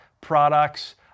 products